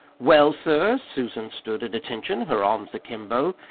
well, sir? susan stood at attention, her arms akimbo.